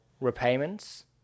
repayments